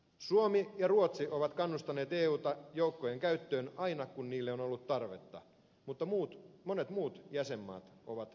suomi ja ruotsi ovat kannustaneet euta joukkojen käyttöön aina kun niille on ollut tarvetta mutta monet muut jäsenmaat ovat jarrutelleet